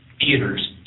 theaters